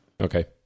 Okay